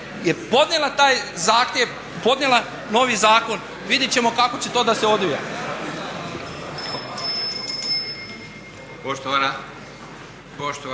je podnijela taj zahtjev, podnijela novi zakon. Vidjet ćemo kako će to da se odvija. **Leko, Josip